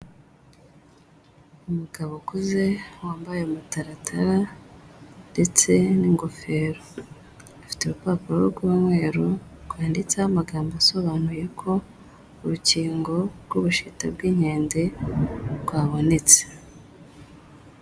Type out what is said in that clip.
Umugabo ukuze wambaye amataratara ndetse n'ingofero, afite urupapuro rw'umweru rwanditseho amagambo asobanuye ko urukingo rw'ubushita bw'inkende rwabonetse.